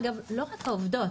אגב לא רק העובדות,